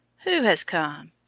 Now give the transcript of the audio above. who has come?